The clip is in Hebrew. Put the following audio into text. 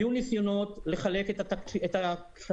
היו ניסיונות לחלק את הכספים,